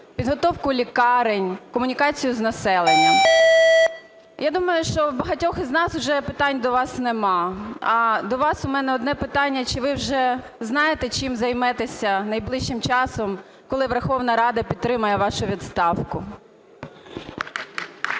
підготовку лікарень, комунікацію з населенням. Я думаю, що в багатьох із нас уже питань до вас нема. До вас у мене одне питання, чи ви уже знаєте, чим займетеся найближчим часом, коли Верховна Рада підтримає вашу відставку? 10:52:41